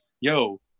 yo